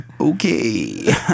okay